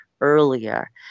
earlier